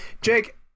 Jake